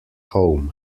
home